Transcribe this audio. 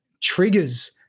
triggers